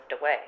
away